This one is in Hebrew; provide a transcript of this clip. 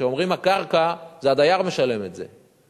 כשאומרים "הקרקע", הדייר משלם את זה.